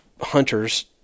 hunters